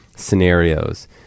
Scenarios